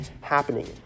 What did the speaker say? happening